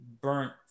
Burnt